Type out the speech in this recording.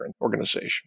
organization